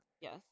Yes